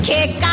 Kick